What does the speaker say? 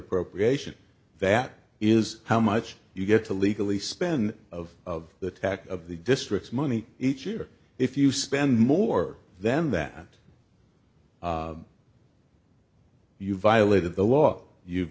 appropriation that is how much you get to legally spend of the tack of the districts money each year if you spend more than that you violated the law you